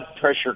pressure